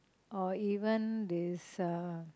or even this ah